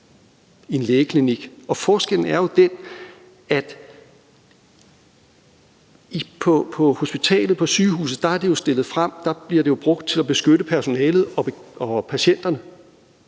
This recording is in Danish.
i en lægeklinik. Forskellen er jo den, at på hospitalet, på sygehuset er det stillet frem til at blive brugt til at beskytte personalet og patienterne.